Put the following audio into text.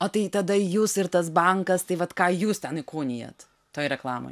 o tai tada jūs ir tas bankas tai vat ką jūs ten įkūnijat toj reklamoj